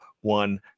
one